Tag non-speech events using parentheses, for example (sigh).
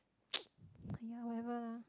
(noise) !aiya! whatever lah